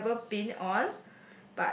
ever been on